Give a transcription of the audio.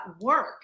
work